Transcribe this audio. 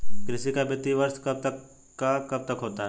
कृषि का वित्तीय वर्ष कब से कब तक होता है?